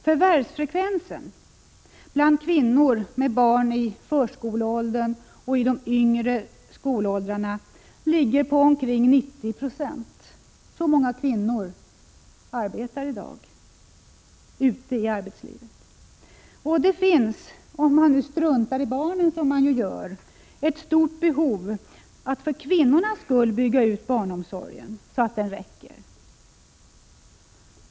Förvärvsfrekvensen bland kvinnor med barn i förskoleåldern och i den yngre skolåldern ligger på omkring 90 96. Så många kvinnor arbetar i dag ute i arbetslivet. Det finns, om man nu struntar i barnen, vilket man ju gör, ett stort behov att för kvinnornas skulle bygga ut barnomsorgen, så att den räcker.